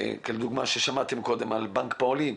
אתן את הדוגמה ששמעתם קודם על בנק הפועלים,